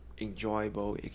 enjoyable